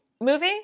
movie